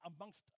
amongst